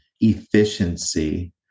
efficiency